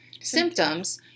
symptoms